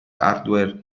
hardware